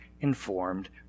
informed